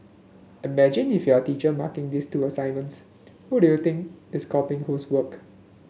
imagine if you are a teacher marking these two assignments who do you think is copying whose work